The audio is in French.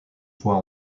fois